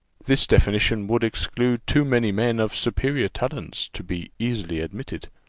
this definition would exclude too many men of superior talents, to be easily admitted.